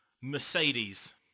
Mercedes